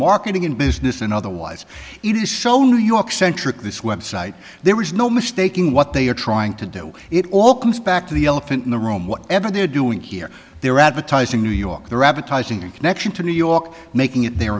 marketing and business and otherwise it is so new york centric this website there is no mistaking what they are trying to do it all comes back to the elephant in the room whatever they're doing here they're advertising new york the rabbit ties in connection to new york making it the